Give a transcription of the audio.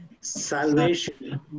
salvation